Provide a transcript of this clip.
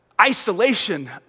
isolation